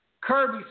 Kirby